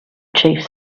chief